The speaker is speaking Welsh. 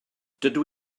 dydw